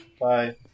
bye